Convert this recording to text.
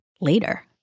later